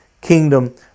kingdom